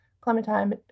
Clementine